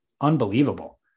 unbelievable